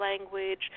language